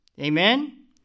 Amen